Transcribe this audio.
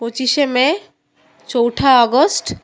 পঁচিশে মে চৌঠা আগস্ট